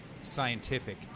scientific